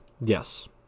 Yes